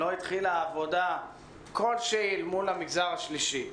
לא התחילה עבודה כלשהי אל מול המגזר השלישי.